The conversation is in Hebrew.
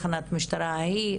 תחנת משטרה ההיא,